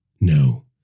No